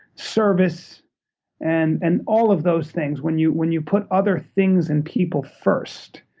service and and all of those things. when you when you put other things and people first,